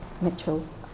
Mitchell's